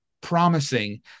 promising